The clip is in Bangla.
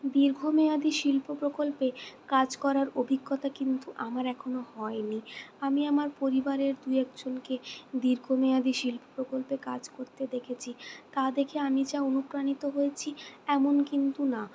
দীর্ঘমেয়াদী শিল্প প্রকল্পে কাজ করার অভিজ্ঞতা কিন্তু আমার এখনও হয়নি আমি আমার পরিবারের দু একজনকে দীর্ঘমেয়াদী শিল্প প্রকল্পে কাজ করতে দেখেছি তা দেখে আমি যা অনুপ্রাণিত হয়েছি এমন কিন্তু না